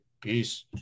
Peace